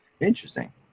Interesting